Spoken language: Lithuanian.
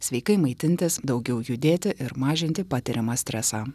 sveikai maitintis daugiau judėti ir mažinti patiriamą stresą